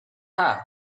have